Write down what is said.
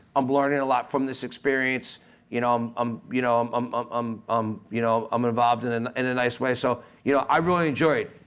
i'm learning a lot from this experience um um you know um um um um um you know, i'm involved in and and a nice way, so you know i really enjoy it.